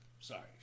Sorry